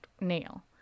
nail